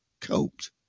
coped